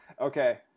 Okay